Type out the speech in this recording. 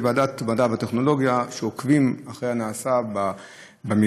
ועדת המדע והטכנולוגיה עוקבת אחר הנעשה במגזר,